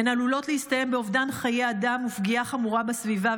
הן עלולות להסתיים באובדן חיי אדם ובפגיעה חמורה בסביבה,